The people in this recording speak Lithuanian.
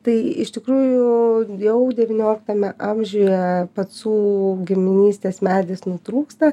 tai iš tikrųjų jau devynioliktame amžiuje pacų giminystės medis nutrūksta